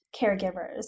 caregivers